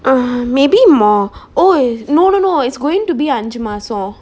err maybe more oh no no no it's is going to be அஞ்சு மாசம்:anju masam